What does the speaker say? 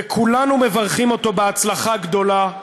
וכולנו מברכים אותו בהצלחה גדולה.